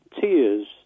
tears